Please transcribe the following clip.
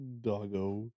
Doggo